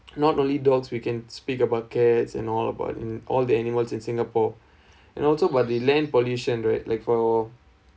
not only dogs we can speak about cats and all about in all the animals in singapore and also by the land pollution right like for